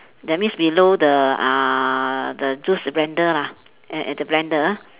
that means below the uh the juice blender lah at at the blender